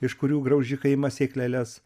iš kurių graužikai ima sėkleles